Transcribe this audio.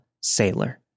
Sailor